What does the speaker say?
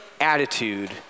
attitude